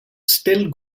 still